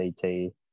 ct